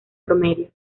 promedio